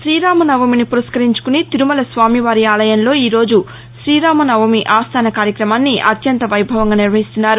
శ్రీరామనవమిని పురస్కరించుకుని తిరుమల స్వామివారి ఆలయంలో ఈ రోజు శ్రీరామనవమి ఆస్టాన కార్యక్రమాన్ని అత్యంత వైభవంగా నిర్వహిస్తున్నారు